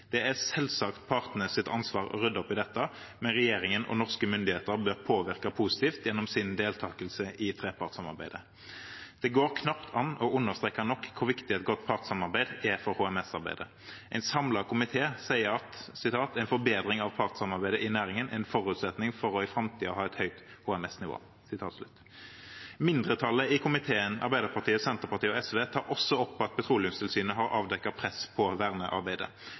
Det er selvsagt partenes ansvar å rydde opp i dette, men regjeringen og norske myndigheter bør påvirke positivt gjennom sin deltakelse i trepartssamarbeidet. Det går knapt an å understreke nok hvor viktig et godt partssamarbeid er for HMS-arbeidet. En samlet komité sier «En forbedring av partssamarbeidet i næringen er en forutsetning for å også i fremtiden ha et høyt HMS-nivå». Mindretallet i komiteen, Arbeiderpartiet, Senterpartiet og SV, tar også opp at Petroleumstilsynet har avdekket press på vernearbeidet.